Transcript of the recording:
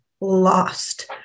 lost